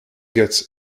gets